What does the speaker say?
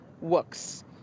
works